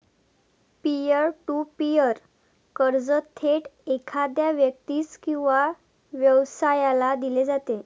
pier to peer कर्ज थेट एखाद्या व्यक्तीस किंवा व्यवसायाला दिले जाते